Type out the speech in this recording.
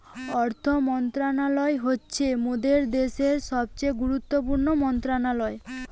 অর্থ মন্ত্রণালয় হচ্ছে মোদের দ্যাশের সবথেকে গুরুত্বপূর্ণ মন্ত্রণালয়